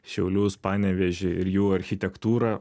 šiaulius panevėžį ir jų architektūrą